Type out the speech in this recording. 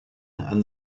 and